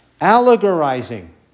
allegorizing